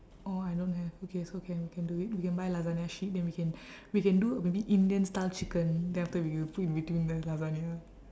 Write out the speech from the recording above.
orh I don't have okay so can we can do it we can buy lasagna sheet then we can we can do maybe indian style chicken then after that we put in between the lasagna